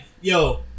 yo